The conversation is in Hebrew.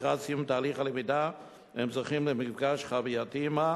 ולקראת סיום תהליך הלמידה הם זוכים למפגש חווייתי עמה.